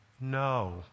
No